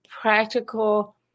practical